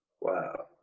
Wow